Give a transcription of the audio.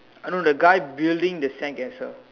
I don't know the guy building the sandcastle